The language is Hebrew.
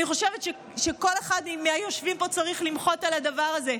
אני חושבת שכל אחד מהיושבים פה צריך למחות על הדבר הזה,